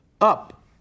up